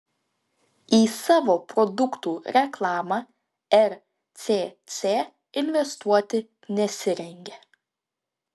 į savo produktų reklamą rcc investuoti nesirengia